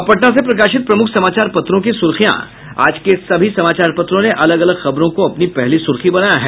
अब पटना से प्रकाशित प्रमुख समाचार पत्रों की सुर्खियां आज के सभी समाचार पत्रों ने अलग अलग खबरों को अपनी पहली सुर्खी बनाया है